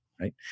right